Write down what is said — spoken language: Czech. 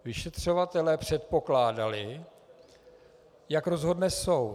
Vyšetřovatelé předpokládali, jak rozhodne soud.